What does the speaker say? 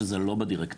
שזה לא בדירקטיבה.